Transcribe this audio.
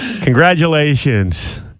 congratulations